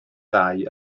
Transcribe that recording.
ddau